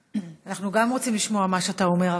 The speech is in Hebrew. גם אנחנו רוצים לשמוע מה שאתה אומר,